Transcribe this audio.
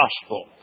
gospel